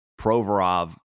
Provorov